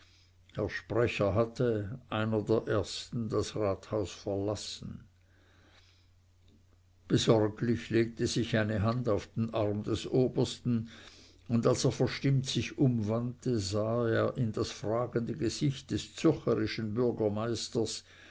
sprecher hatte einer der ersten das rathaus verlassen besorglich legte sich eine hand auf den arm des obersten und als er verstimmt sich umwandte sah er in das fragende gesicht des zürcherischen bürgermeisters